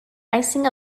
icing